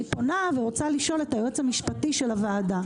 אני אמנם רוצה לשאול את היועץ המשפטי של הוועדה: